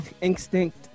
instinct